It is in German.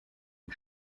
die